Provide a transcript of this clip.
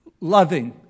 loving